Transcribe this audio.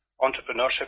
entrepreneurship